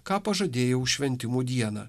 ką pažadėjau šventimų dieną